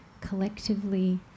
collectively